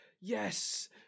yes